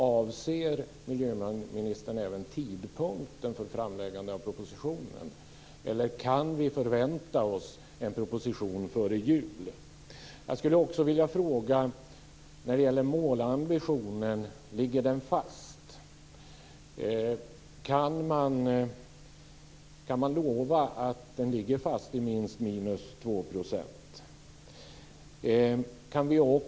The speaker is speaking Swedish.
Avser miljöministern även tidpunkten för framläggande av propositionen, eller kan vi förvänta oss en proposition före jul? Jag skulle också vilja ställa en fråga när det gäller målambitionen: Ligger den fast? Kan man lova att den ligger fast vid minst 2 %?